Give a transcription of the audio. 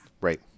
Right